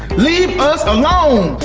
leave us alone!